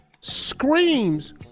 screams